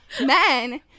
men